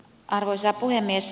arvoisa puhemies